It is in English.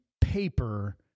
paper